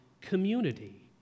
community